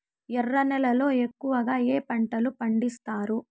ఎర్ర నేలల్లో ఎక్కువగా ఏ పంటలు పండిస్తారు